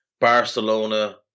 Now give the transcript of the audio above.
Barcelona